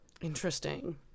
Interesting